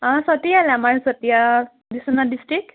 অঁ চতিয়ালৈ আমাৰ চতিয়াত বিশ্বনাথ ডিষ্ট্ৰিক্ট